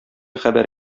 хәбәр